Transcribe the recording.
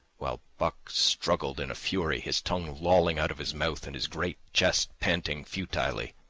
while buck struggled in a fury, his tongue lolling out of his mouth and his great chest panting futilely.